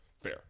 Fair